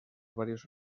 varios